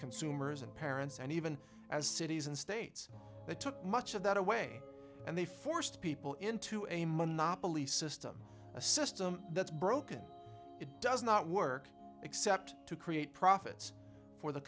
consumers and parents and even as cities and states they took much of that away and they forced people into a monopoly system a system that's broken it does not work except to create profits for the